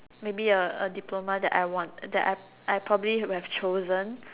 maybe a A diploma that I want that I probably would have chosen